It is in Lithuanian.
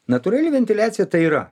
natūrali ventiliacija tai yra